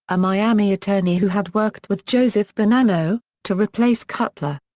a miami attorney who had worked with joseph bonanno, to replace cutler.